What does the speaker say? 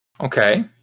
Okay